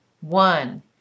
One